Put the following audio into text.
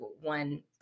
one